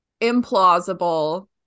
implausible